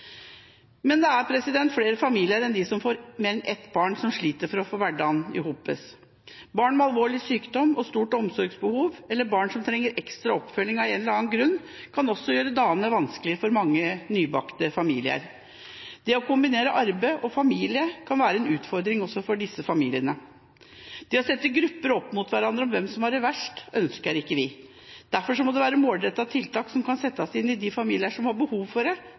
Men for mange familier er ikke det tilstrekkelig. De trenger ofte lengre og tettere oppfølging. Noen kommuner har familievikar som trår til, og tilbakemeldinger fra familier som har fått hjelp av en familievikar, er positive. Det er flere familier enn de som får mer enn ett barn, som sliter for å få hverdagen til å gå i hop. Barn med alvorlig sykdom og stort omsorgsbehov eller barn som trenger ekstra oppfølging av en eller annen grunn, kan også gjøre dagene vanskelige for mange nybakte familier. Det å kombinere arbeid og familie kan være en utfordring også for disse familiene. Å sette grupper opp mot hverandre